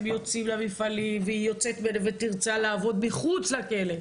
אז הם יוצאים למפעלים והיא יוצאת מנווה תרצה לעבוד מחוץ לכלא,